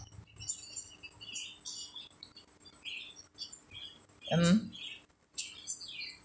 mm